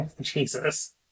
Jesus